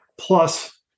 plus